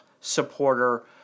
supporter